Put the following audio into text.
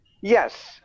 Yes